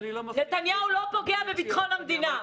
נתניהו לא פוגע בביטחון המדינה.